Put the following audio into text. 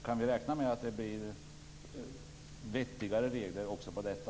Kan vi räkna med att det blir vettigare regler även där?